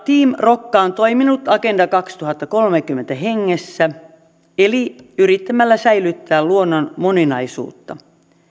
rokka on toiminut agenda kaksituhattakolmekymmentä hengessä eli yrittämällä säilyttää luonnon moninaisuutta